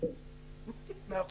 מאה אחוז.